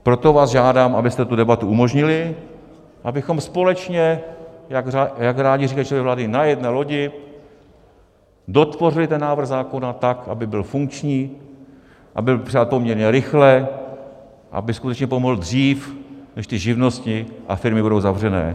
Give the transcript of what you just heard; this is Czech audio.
Proto vás žádám, abyste tu debatu umožnili, abychom společně, jak rádi říkají členové vlády, na jedné lodi dotvořili ten návrh zákona tak, aby byl funkční a byl přijat poměrně rychle, aby skutečně pomohl dřív, než ty živnosti a firmy budou zavřené.